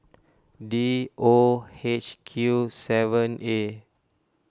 D O H Q seven A